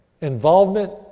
involvement